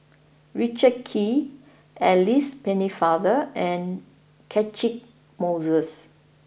Richard Kee Alice Pennefather and Catchick Moses